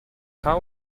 how